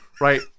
right